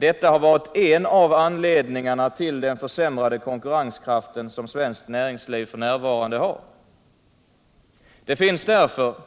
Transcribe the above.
Detta är en av anledningarna till den försämring av konkurrenskraften som f. n. kännetecknar svenskt näringsliv. Det finns därför ett